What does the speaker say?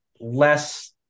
less